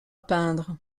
peindre